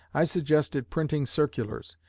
i suggested printing circulars.